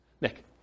Nick